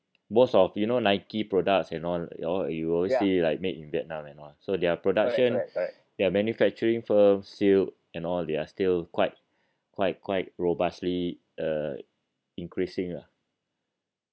most of you know Nike products and all yo~ you always see like made in vietnam and all so their productions their manufacturing firms sealed and all they are still quite quite quite robustly uh increasing lah